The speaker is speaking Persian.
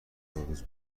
روز